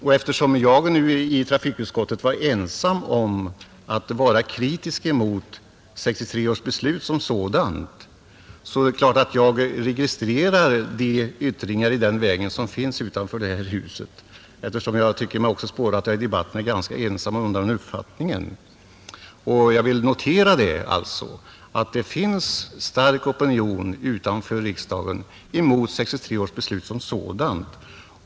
Och eftersom jag i trafikutskottet var ensam om att framföra kritik mot 1963 års beslut som sådant är det klart att jag registrerar alla de yttringar i den vägen som finns utanför detta hus, så mycket mer som jag också har tyckt mig spåra att jag är ganska ensam här om den uppfattningen. Jag vill alltså notera att det finns en stark opinion utanför riksdagen mot 1963 års beslut som sådant.